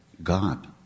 God